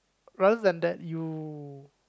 rather than that you